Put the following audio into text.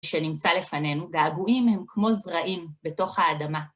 שנמצא לפנינו, והגויים הם כמו זרעים בתוך האדמה.